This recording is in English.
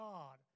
God